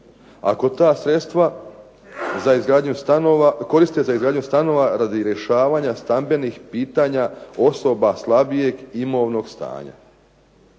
stanova, koriste za izgradnju stanova radi rješavanja stambenih pitanja osoba slabijeg imovnog stanja.